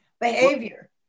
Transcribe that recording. behavior